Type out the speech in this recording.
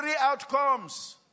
outcomes